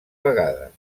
vegades